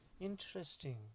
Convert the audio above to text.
Interesting